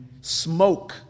smoke